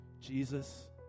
Jesus